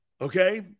Okay